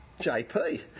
JP